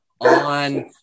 on